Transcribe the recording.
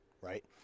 Right